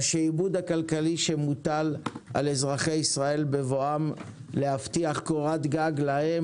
השעבוד הכלכלי שמוטל על אזרחי ישראל בבואם להבטיח קורת גג להם